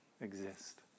exist